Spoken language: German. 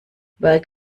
bald